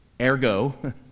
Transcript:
Ergo